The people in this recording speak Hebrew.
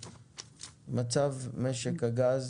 מצב משק הגז